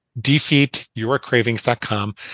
defeatyourcravings.com